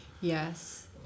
Yes